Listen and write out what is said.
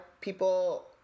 people